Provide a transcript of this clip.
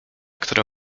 którą